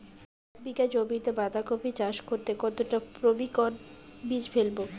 এক বিঘা জমিতে বাধাকপি চাষ করতে কতটা পপ্রীমকন বীজ ফেলবো?